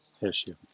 issue